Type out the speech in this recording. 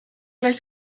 gleich